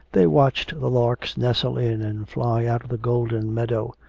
they watched the larks nestle in and fly out of the golden meadow.